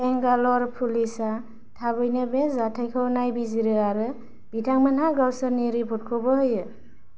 बेंगालर पुलिसा थाबैनो बे जाथायखौ नायबिजिरो आरो बिथांमोनहा गावसोरनि रिपर्टखौबो होयो